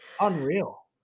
Unreal